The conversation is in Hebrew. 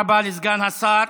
תודה רבה לסגן השר.